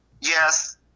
Yes